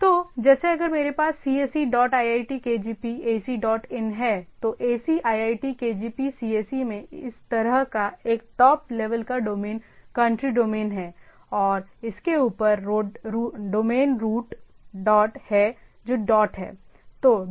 तो जैसे अगर मेरे पास cse dot iitkgp A C dot in तो ac iitkgp cse में इस तरह का एक टॉप लेवल का डोमेन कंट्री डोमेन है और इसके ऊपर रूट डोमेन डॉट है जो डॉट है